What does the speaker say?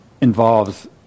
involves